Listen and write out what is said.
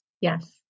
Yes